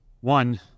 one